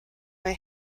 mae